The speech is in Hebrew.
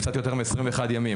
קצת יותר מ-21 ימים.